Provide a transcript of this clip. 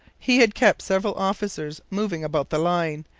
he had kept several officers moving about the line,